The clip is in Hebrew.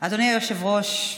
אדוני היושב-ראש,